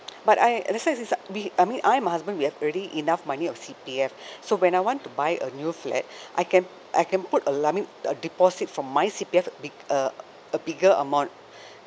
but I understand it's we I mean I my husband we have already enough money of C_P_F so when I want to buy a new flat I can I can put a limit a deposit from my C_P_F b~ uh a bigger amount